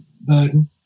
burden